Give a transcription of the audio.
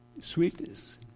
sweetness